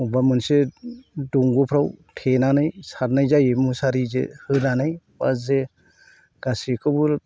बबावबा मोनसे दंग'फ्राव थेनानै सारनाय जायो मुसारि जे होनानै बा जे गासैखौबो